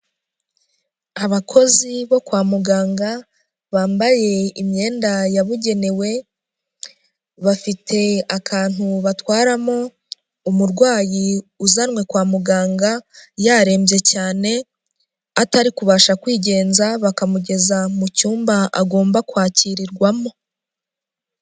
Abakozi bo kwa muganga bambaye imyenda yabugenewe, bafite akantu batwaramo umurwayi uzanwe kwa muganga, yarembye cyane, atari kubasha kwigenza bakamugeza mu cyumba agomba kwakirirwamo.